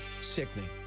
Sickening